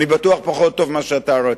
אני בטוח שפחות טוב ממה שאתה רצית.